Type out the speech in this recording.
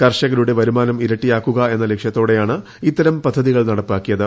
കർഷകരുടെ വരുമാനം ഇരട്ടിയാക്കുക എന്ന ലക്ഷ്യത്തോടെയാണ് ഇത്തരം പദ്ധതികൾ നടപ്പാക്കിയത്